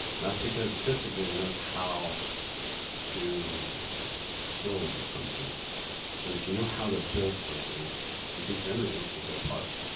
and that's because a sysadmin knows how to build something and if you know how to build something you can generally take it apart.